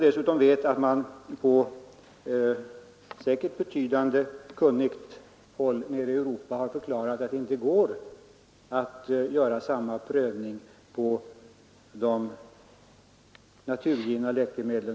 Dessutom har man på kunnigt håll i Europa förklarat, att det inte går att göra samma prövning av de s.k. naturgivna läkemedlen.